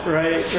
right